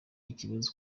ikibazo